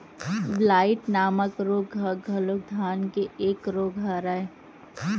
blight नामक रोग ह घलोक धान के एक रोग हरय